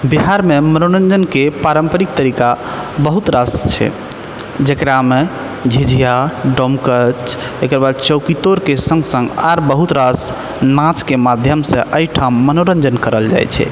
बिहारमे मनोरञ्जनके पारम्परिक तरीका बहुत रास छै जेकरामे झिझिया डोमकच तकरबाद चौकीतोड़के सङ्ग सङ्ग आर बहुत रास नाचके माध्यम से एहि ठाम मनोरञ्जन कयल जाइ छै